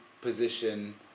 position